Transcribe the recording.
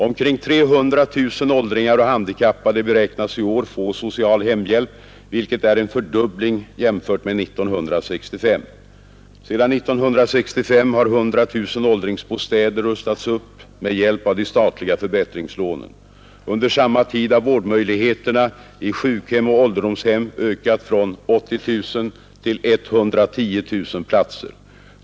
Omkring 300 000 åldringar och handikappade beräknas i år få social hemhjälp, vilket är en fördubbling jämfört med 1965. Sedan 1965 har 100 000 åldringsbostäder rustats upp med hjälp av de statliga förbättringslånen. Under samma tid har vårdmöjligheterna i sjukhem och ålderdomshem ökat från 80 000 till 110 000 platser.